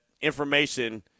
information